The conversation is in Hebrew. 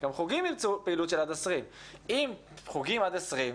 גם חוגים ירצו פעילות של עד 20. אם חוגים עד 20,